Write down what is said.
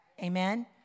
amen